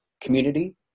community